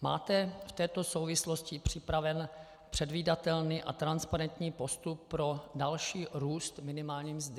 Máte v této souvislosti připravený předvídatelný a transparentní postup pro další růst minimální mzdy?